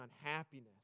unhappiness